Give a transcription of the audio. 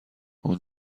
اون